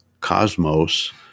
cosmos